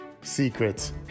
secrets